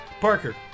Parker